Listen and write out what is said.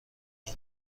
این